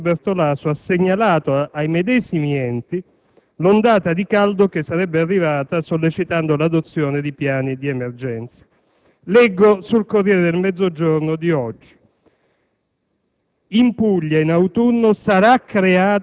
venerdì 20 luglio, lo stesso dottor Bertolaso ha segnalato ai medesimi enti l'ondata di caldo che sarebbe arrivata, sollecitando l'adozione di piani di emergenza. Leggo sul «Corriere del Mezzogiorno» di oggi: